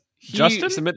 Justice